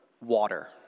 water